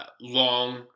long